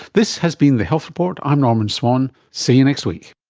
this has been the health report, i'm norman swan, see you next week